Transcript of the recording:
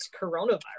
coronavirus